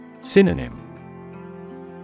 Synonym